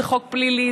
זה חוק פלילי,